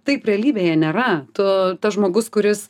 taip realybėje nėra tu tas žmogus kuris